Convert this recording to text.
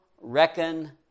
reckon